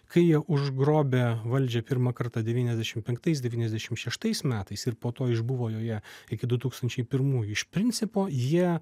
kai jie užgrobė valdžią pirmą kartą devyniasdešimt penktais devyniasdešimt šeštais metais ir po to išbuvo joje iki du tūkstančiai pirmųjų iš principo jie